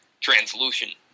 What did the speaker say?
translucent